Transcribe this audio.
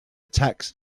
attacks